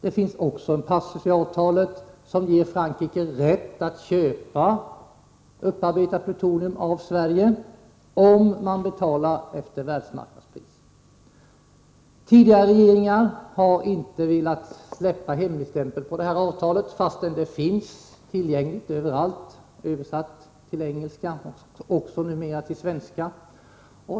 Det finns också en 53 passus i avtalet som ger Frankrike rätt att köpa upparbetat plutonium av Sverige om man betalar efter världsmarknadspris. Tidigare regeringar har inte velat släppa hemligstämpeln på det här avtalet, fastän det finns tillgängligt överallt, översatt till engelska och numera också till svenska.